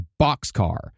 Boxcar